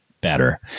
better